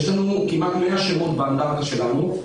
יש לנו כמעט 100 שמות באנדרטה שלנו,